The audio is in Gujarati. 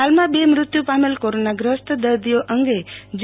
હાલમાં બે મુર્ત્યું પામેલ કોરોનાગ્રસ્ત દર્દીઓ અંગે જી